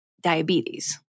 diabetes